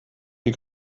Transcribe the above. die